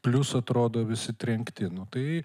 plius atrodo visi trenkti nu tai